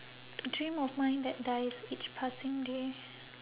dream of mine that dies each passing day